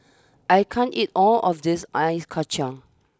I can't eat all of this Ice Kacang